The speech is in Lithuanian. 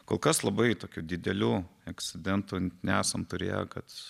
kol kas labai tokių didelių eksidentų nesam turėję kad